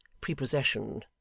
prepossession